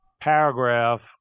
paragraph